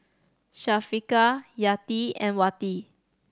Syafiqah Yati and Wati